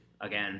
again